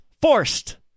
forced